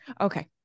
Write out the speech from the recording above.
Okay